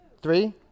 Three